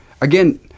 again